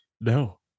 no